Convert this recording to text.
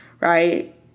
right